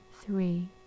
three